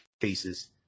cases